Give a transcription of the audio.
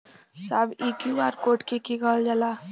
साहब इ QR code के के कहल जाला?